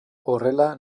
horrela